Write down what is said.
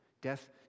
Death